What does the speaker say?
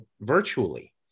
virtually